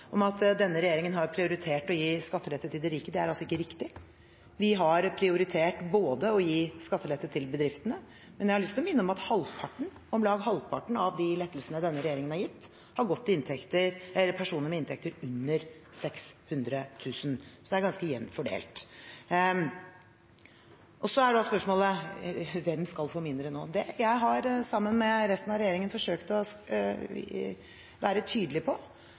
om at denne regjeringen har prioritert å gi skattelette til de rike. Det er ikke riktig. Vi har prioritert å gi skattelette til bedriftene, men jeg har lyst til å minne om at om lag halvparten av de lettelsene denne regjeringen har gitt, har gått til personer med inntekt under 600 000 kr. Så det er ganske jevnt fordelt. Så er da spørsmålet: Hvem skal få mindre nå? Det jeg sammen med resten av regjeringen har forsøkt å være tydelig på,